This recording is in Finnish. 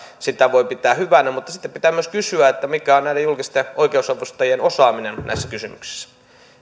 sitä voi pitää hyvänä mutta sitten pitää myös kysyä mikä on näiden julkisten oikeusavustajien osaaminen näissä kysymyksissä